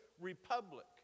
republic